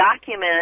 document